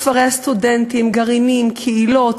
כפרי הסטודנטים, גרעינים, קהילות,